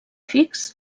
fix